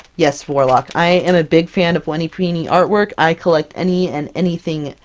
yes, warlock, i am a big fan of wendy pini artwork! i collect any and anything!